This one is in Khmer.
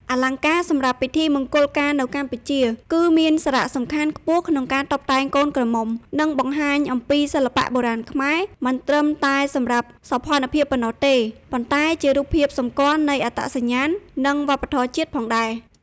អលង្ការសម្រាប់ពិធីមង្គលការនៅកម្ពុជា គឺមានសារៈសំខាន់ខ្ពស់ក្នុងការតុបតែងកូនក្រមុំ និងបង្ហាញអំពីសិល្បៈបុរាណខ្មែរ។ មិនត្រឹមតែសម្រាប់សោភ័ណភាពប៉ុណ្ណោះទេ ប៉ុន្តែជារូបភាពសម្គាល់នៃអត្តសញ្ញាណ និងវប្បធម៌ជាតិផងដែរ។